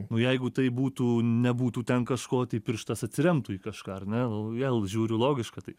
nu jeigu tai būtų nebūtų ten kažko tai pirštas atsiremtų į kažką ar ne vėl žiūriu logiška tai